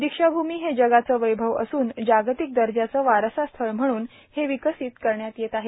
दक्षाभूमी हे जगाचं वैभव असून जार्गातक दजाचं वारसास्थळ म्हणून हे र्विर्कासत करण्यात येत आहे